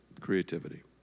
creativity